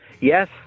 Yes